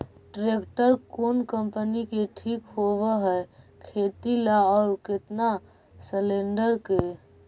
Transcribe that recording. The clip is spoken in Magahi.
ट्रैक्टर कोन कम्पनी के ठीक होब है खेती ल औ केतना सलेणडर के?